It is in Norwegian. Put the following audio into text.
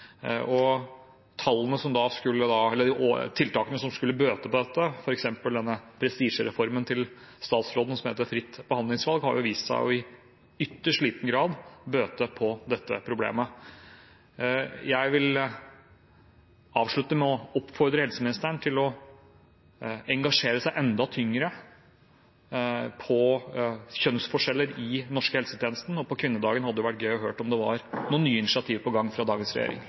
Og tiltakene som skulle bøte på dette, f.eks. prestisjereformen til statsråden som heter Fritt behandlingsvalg, har jo vist seg i ytterst liten grad å bøte på dette problemet. Jeg vil avslutte med å oppfordre helseministeren til å engasjere seg enda tyngre i kjønnsforskjeller i den norske helsetjenesten. På kvinnedagen hadde det jo vært gøy å høre om det var noen nye initiativ på gang fra dagens regjering.